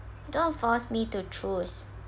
don't force me to choose